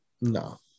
No